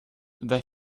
they